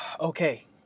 okay